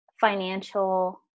financial